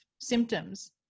symptoms